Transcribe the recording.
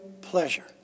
pleasure